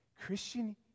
Christian